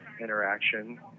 interaction